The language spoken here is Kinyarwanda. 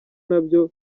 nabyo